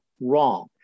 wrong